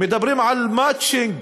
מדברים על מצ'ינג